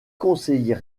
conseiller